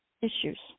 issues